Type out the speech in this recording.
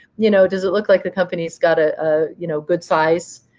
you know does it look like the company's got a ah you know good size?